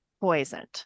poisoned